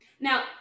Now